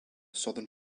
southern